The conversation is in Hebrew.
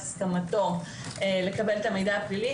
את הסכמתו לקבל את המידע הפלילי,